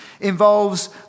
involves